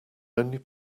only